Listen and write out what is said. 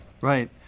Right